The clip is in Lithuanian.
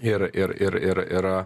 ir ir ir ir ir